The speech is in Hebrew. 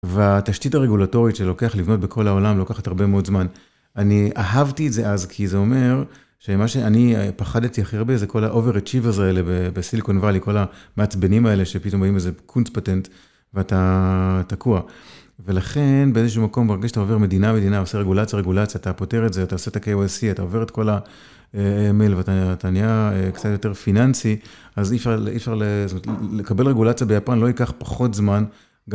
והתשתית הרגולטורית שלוקח לבנות בכל העולם, לוקחת הרבה מאוד זמן. אני אהבתי את זה אז, כי זה אומר שמה שאני פחדתי הכי הרבה זה כל ה-overachievers האלה בסיליקון וואלי, כל המעצבנים האלה שפתאום באים איזה קונץ פטנט ואתה תקוע. ולכן באיזה שהוא מקום מרגיש שאתה עובר מדינה, מדינה עושה רגולציה, רגולציה, אתה פותר את זה, אתה עושה את ה-KYC, אתה עובר את כל ה-ML ואתה נהיה קצת יותר פיננסי, אז אי אפשר לקבל רגולציה ביפן, לא ייקח פחות זמן.